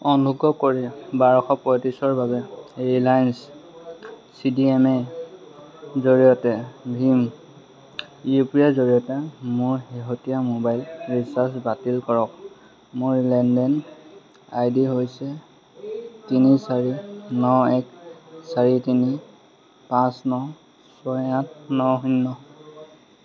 অনুগ্ৰহ কৰি বাৰশ পঁয়ত্ৰিছৰ বাবে ৰিলায়েন্স চি ডি এম এৰ জৰিয়তে ভীম ইউ পি আইৰ জৰিয়তে মোৰ শেহতীয়া মোবাইল ৰিচাৰ্জ বাতিল কৰক মই লেনদেন আই ডি হৈছে তিনি চাৰি ন এক চাৰি তিনি পাঁচ ন ছয় আঠ ন শূন্য